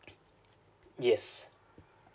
yes